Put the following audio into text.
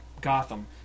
Gotham